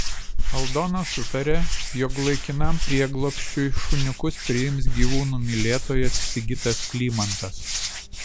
aldona sutarė jog laikinam prieglobsčiui šuniukus priims gyvūnų mylėtojas sigitas klymantas